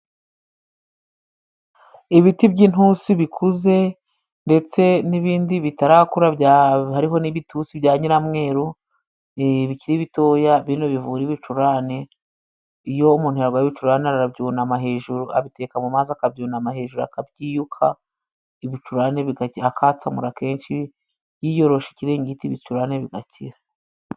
Ibiti by'intusi bikuze ndetse n'ibindi bitarakura hariho n'ibitusi bya nyiramweru bikiri bitoya, bino bivura ibicurane. Iyo umuntu yarwaye ibicurane arabyunama hejuru abiteka mu mazi, akabyunama hejuru akabyiyuka ibicurane akatsamura kenshi yiyoroshe ikiringiti ibicurane bigakira.